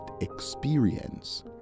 experience